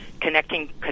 connecting